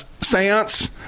seance